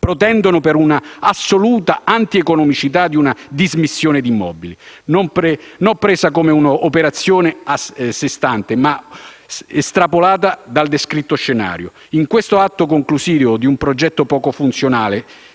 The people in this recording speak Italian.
propendono per un'assoluta antieconomicità di una dismissione immobiliare, non presa come una operazione a sé stante, ma estrapolata dal descritto scenario, in quanto atto conclusivo di un progetto poco funzionale.